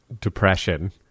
depression